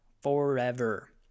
forever